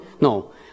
No